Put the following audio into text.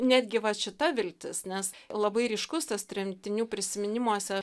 netgi vat šita viltis nes labai ryškus tas tremtinių prisiminimuose